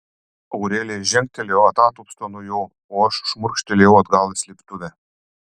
aurelija žengtelėjo atatupsta nuo jo o aš šmurkštelėjau atgal į slėptuvę